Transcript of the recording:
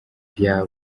vya